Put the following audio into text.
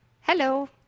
Hello